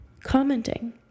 commenting